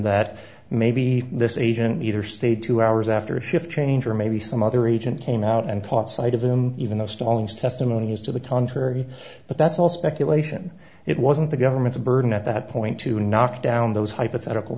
that maybe this agent either stayed two hours after a shift change or maybe some other agent came out and caught sight of them even though stalin's testimony is to the contrary but that's all speculation it wasn't the government's burden at that point to knock down those hypothetical